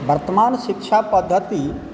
वर्तमान शिक्षा पद्धति